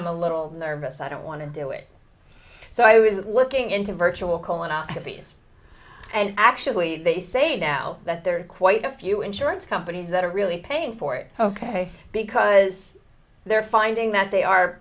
'm a little nervous i don't want to do it so i was looking into a virtual colonoscopy and actually they say now that there are quite a few insurance companies that are really paying for it ok because they're finding that they are